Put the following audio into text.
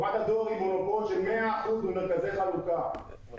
חברת הדואר היא מונופול של 100% במרכזי חלוקה,